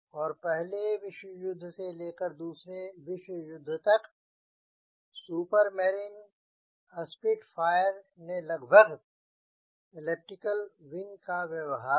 और पहले विश्वयुद्ध से लेकर दूसरे विश्व युद्ध तक सुपर मेरिन स्पिटफायर ने लगभग एलिप्टिकल विंग व्यवहार किया